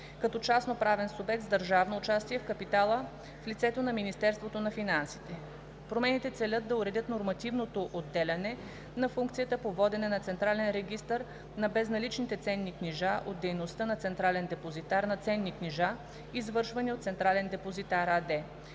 като частноправен субект с държавно участие в капитала в лицето на Министерството на финансите. Промените целят да уредят нормативното отделяне на функцията по водене на централен регистър на безналичните ценни книжа от дейността на централен депозитар на ценни книжа, извършвани от